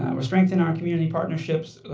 and we're strengthening our community partnerships.